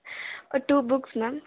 or two books ma'am